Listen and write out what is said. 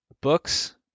books